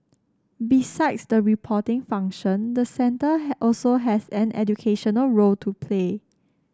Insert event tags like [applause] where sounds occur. besides the reporting function the centre [unintelligible] also has an educational role to play